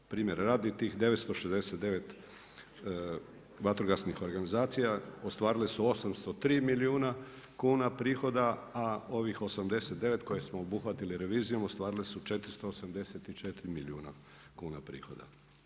Primjera radi, tih 969 vatrogasnih organizacija ostvarile su 803 milijuna kuna prihoda, a ovih 89 koje smo obuhvatili revizijom ostvarili su 484 milijuna kuna prihoda.